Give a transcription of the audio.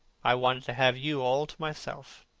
i wanted to have you all to myself.